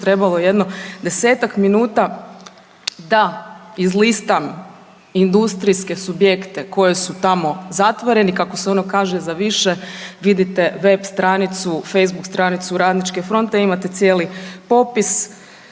trebalo jedno desetak minuta da izlistam industrijske subjekte koji su tamo zatvoreni kako se ono kaže za više vidite web stranicu, facebook stranicu Radničke fronte. Imate cijeli popis